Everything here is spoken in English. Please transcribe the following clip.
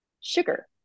Sugar